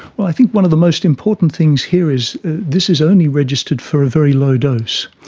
well, i think one of the most important things here is this is only registered for a very low dose.